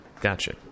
Gotcha